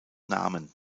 namen